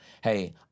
hey